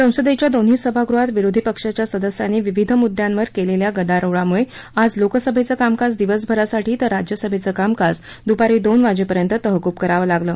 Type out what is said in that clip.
संसदेच्या दोन्ही सभागृहात विरोधी पक्षाच्या सदस्यांनी विविध मुद्द्यांवर केलेल्या गदारोळामुळे आज लोकसभेचं कामकाज दिवसभरासाठी तर राज्यसभेचं कामकाज दुपारी दोन वाजेपर्यंत तहकूब करावं लागलं